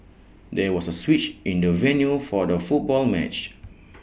there was A switch in the venue for the football match